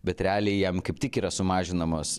bet realiai jam kaip tik yra sumažinamos